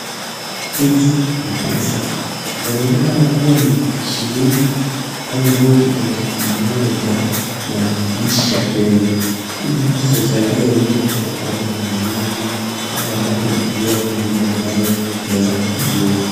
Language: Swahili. Hizi ni pesa. Zinaoekanakua ni shillingi au noti eifu moja ya nchi ya Kenya. Hizi pesa husaidia mtu anapofanya manumuzi au anapolipia huduma ambayo ameweza kufanyiwa.